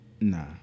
Nah